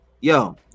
yo